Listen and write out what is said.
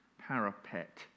parapet